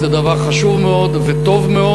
זה דבר חשוב מאוד וטוב מאוד.